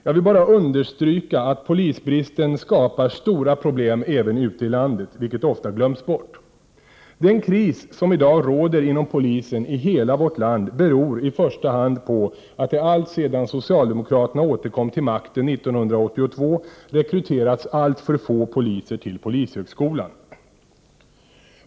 Jag vill bara understryka att polisbristen skapar stora problem även ute i landet, vilket ofta glöms bort. Den kris som i dag råder inom polisen i hela vårt land beror i första hand på att det alltsedan socialdemokraterna återkom till makten 1982 rekryterats alltför få nya aspiranter till polishögskolan.